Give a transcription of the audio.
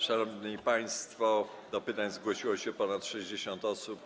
Szanowni państwo, do pytań zgłosiło się ponad 60 osób.